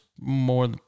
more